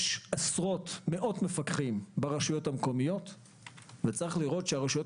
יש מאות מפקחים ברשויות המקומיות וצריך לראות שהרשויות